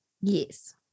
Yes